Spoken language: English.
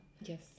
Yes